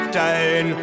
down